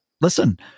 listen